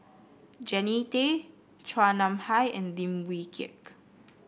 Jannie Tay Chua Nam Hai and Lim Wee Kiak